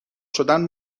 شدن